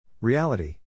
Reality